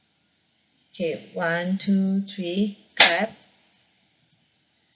okay one two three clap